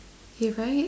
if I h~